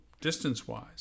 distance-wise